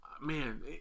Man